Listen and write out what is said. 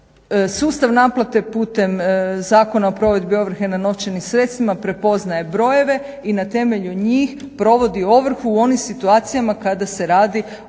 Sustav naplete putem Zakona o provedbi ovrhe na novčanim sredstvima prepoznaje brojeve i na temelju njih provodi ovrhu u onim situacijama kada se radi o